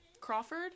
Crawford